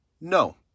No